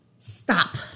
Stop